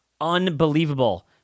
unbelievable